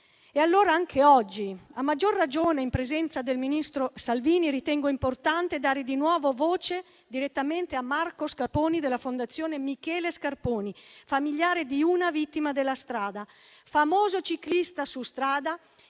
voto. Anche oggi, a maggior ragione in presenza del ministro Salvini, ritengo importante dare di nuovo voce direttamente a Marco Scarponi della Fondazione Michele Scarponi, familiare di una vittima della strada, famoso ciclista su strada